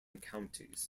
counties